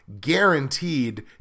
guaranteed